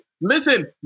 listen